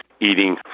eating